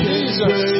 Jesus